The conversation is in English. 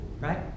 right